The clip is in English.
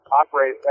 operate